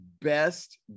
best